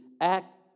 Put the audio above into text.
act